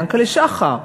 יענקל'ה שחר,